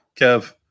Kev